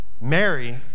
Mary